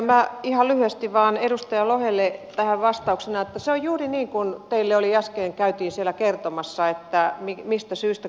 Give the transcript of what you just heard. minä ihan lyhyesti vain edustaja lohelle tähän vastauksena totean että se on juuri niin kuin teille äsken käytiin siellä kertomassa että mistä syystä